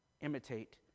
imitate